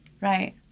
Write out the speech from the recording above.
right